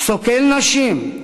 סוקל נשים,